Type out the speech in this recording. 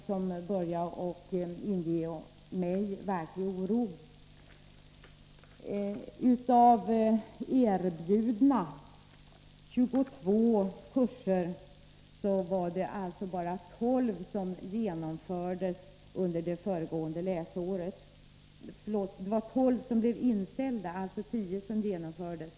Det var problemen i samband med de här kursveckorna som gjorde att jag började känna verklig oro. Av 22 erbjudna kurser inställdes 12, dvs. bara 10 kurser genomfördes.